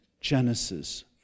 Genesis